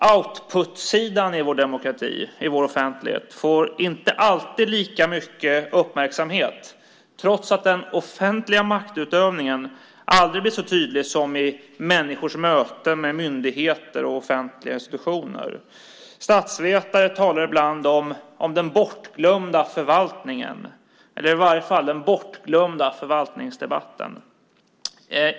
Output-sidan i vår demokrati, i vår offentlighet, får inte alltid lika mycket uppmärksamhet, trots att den offentliga maktutövningen aldrig blir så tydlig som i människors möte med myndigheter och offentliga institutioner. Statsvetare talar ibland om den bortglömda förvaltningen eller i varje fall om den bortglömda förvaltningsdebatten.